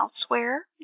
elsewhere